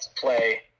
play